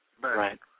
Right